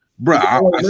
Bro